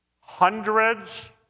hundreds